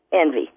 Envy